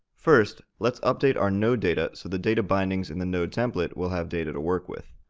first, let's update our node data so the data bindings in the nodetemplate will have data to work with.